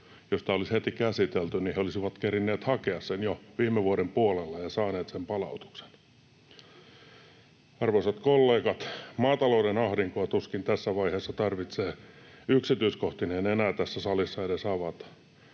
Jos tämä olisi heti käsitelty, niin he olisivat kerinneet hakea sen jo viime vuoden puolella ja saaneet sen palautuksen. Arvoisat kollegat, maatalouden ahdinkoa tuskin tässä vaiheessa tarvitsee yksityiskohtineen enää tässä salissa edes avata.